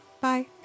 Bye